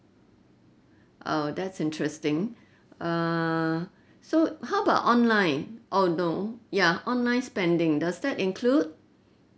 oh that's interesting uh so how about online or no ya online spending does that include